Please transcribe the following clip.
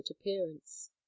appearance